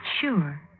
sure